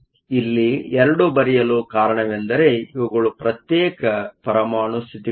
ಇಲ್ಲಿ 2 ಬರೆಯಲು ಕಾರಣವೆಂದರೆ ಇವುಗಳು ಪ್ರತ್ಯೇಕ ಪರಮಾಣು ಸ್ಥಿತಿಗಳಾಗಿವೆ